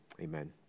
Amen